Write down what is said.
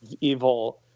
evil